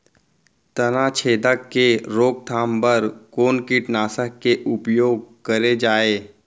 तनाछेदक के रोकथाम बर कोन कीटनाशक के उपयोग करे जाये?